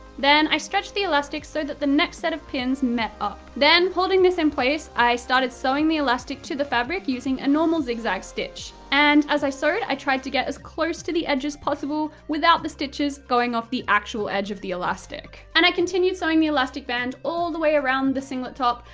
then, i stretched the elastic so that the next set of pins met up. then, holding this in place, i started sewing the elastic to the fabric using a normal zig-zag stitch. and i sewed i tried to get as close to the edge as possible, without the stitches going off the actual edge of the elastic. and i continued sewing the elastic band all the way around the singlet top,